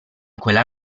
quella